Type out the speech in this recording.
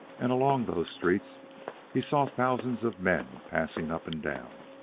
and along those streets he saw thousands of men passing up and down,